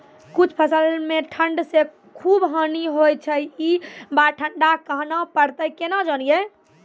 कुछ फसल मे ठंड से खूब हानि होय छैय ई बार ठंडा कहना परतै केना जानये?